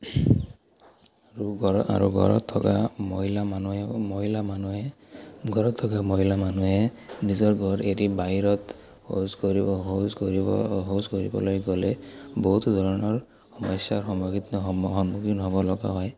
আৰু ঘ আৰু ঘৰত থকা মহিলা মানুহে মহিলা মানুহে ঘৰত থকা মহিলা মানুহে নিজৰ ঘৰ এৰি বাহিৰত শৌচ কৰিব শৌচ কৰিব শৌচ কৰিবলৈ গ'লে বহুতো ধৰণৰ সমস্যাৰ সমুখীত সন্মুখীন হ'ব লগা হয়